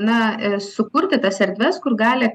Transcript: na sukurti tas erdves kur gali